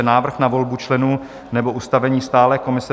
Návrh na volbu členů nebo ustavení stálé komise